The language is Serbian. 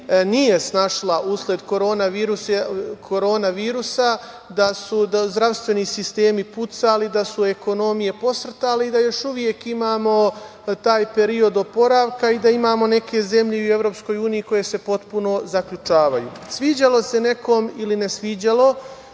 nije snašla usled korona virusa, da su zdravstveni sistemi pucali, da su ekonomije posrtale i da još uvek imamo taj period oporavka i da imamo neke zemlje i u EU koje se potpuno zaključavaju. Sviđalo se nekom ili ne sviđalo,